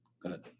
Good